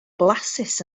blasus